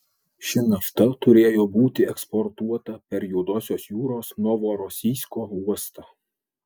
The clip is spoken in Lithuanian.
ši nafta turėjo būti eksportuota per juodosios jūros novorosijsko uostą